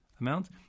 amount